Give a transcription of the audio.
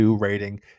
rating